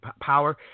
power